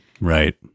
Right